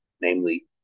namely